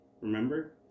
Remember